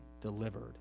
delivered